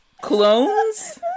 clones